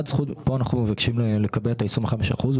אנחנו מבקשים לקבע את ה-25 אחוזים.